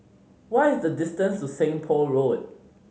what is the distance to Seng Poh Road